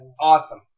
Awesome